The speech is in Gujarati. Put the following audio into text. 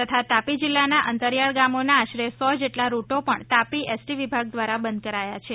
તથા તાપી જિલ્લાના અંતરિયાળ ગામોના આશરેસો જેટલા રૂટો પણ તાપી એસટી વિભાગ દ્વારા બંધ કરાયા છે